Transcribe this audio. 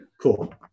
Cool